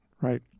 right